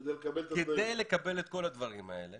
כדי לקבל את כל הדברים האלה